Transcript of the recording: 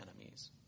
enemies